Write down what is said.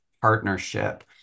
partnership